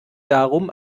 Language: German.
darum